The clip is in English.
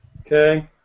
Okay